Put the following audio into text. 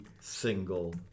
single